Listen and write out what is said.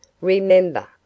Remember